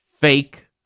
fake